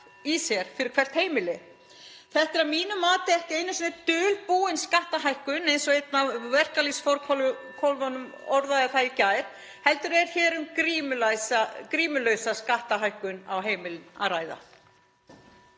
í sér fyrir hvert heimili. Þetta er að mínu mati ekki einu sinni dulbúin skattahækkun, (Forseti hringir.) eins og einn af verkalýðsforkólfunum orðaði það í gær, heldur er hér um grímulausa skattahækkun á heimilin að ræða.